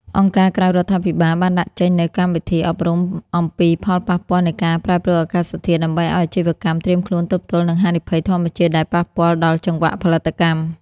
អង្គការក្រៅរដ្ឋាភិបាលបានដាក់ចេញនូវកម្មវិធីអប់រំអំពីផលប៉ះពាល់នៃការប្រែប្រួលអាកាសធាតុ ដើម្បីឱ្យអាជីវកម្មត្រៀមខ្លួនទប់ទល់នឹងហានិភ័យធម្មជាតិដែលប៉ះពាល់ដល់ចង្វាក់ផលិតកម្ម។